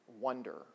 wonder